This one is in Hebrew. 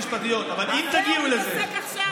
אנשי ציבור מוגדרים באופן אוטומטי כמושחתים.